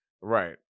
Right